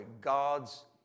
God's